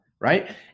Right